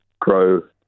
grow